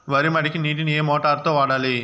వరి మడికి నీటిని ఏ మోటారు తో వాడాలి?